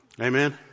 Amen